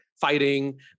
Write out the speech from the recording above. fighting